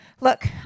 Look